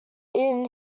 inn